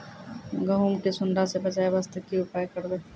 गहूम के सुंडा से बचाई वास्ते की उपाय करबै?